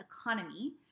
economy